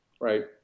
right